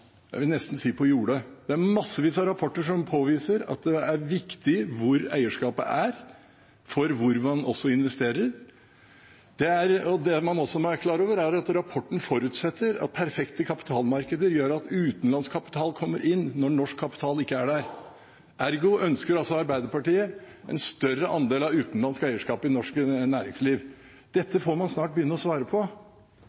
jeg vil nesten si på jordet. Det er massevis av rapporter som påviser at det er viktig hvor eierskapet er, også for hvor man investerer. Det man også må være klar over, er at rapporten forutsetter at perfekte kapitalmarkeder gjør at utenlandsk kapital kommer inn når norsk kapital ikke er der. Ergo ønsker Arbeiderpartiet en større andel av utenlandsk eierskap i norsk næringsliv. Dette får man snart begynne å svare på,